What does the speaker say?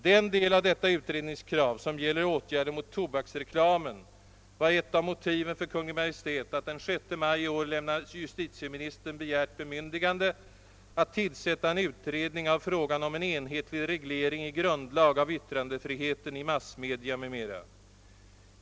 Den del av detta utredningskrav som gäller åtgärder mot tobaksreklamen var ett av motiven för Kungl. Maj:t att den 6 maj i år lämna justitieministern begärt bemyndigande att tillsätta en utredning i frågan om en enhetlig reglering i grundlag och massmedia av yttrandefriheten m.m.